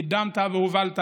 קידמת והובלת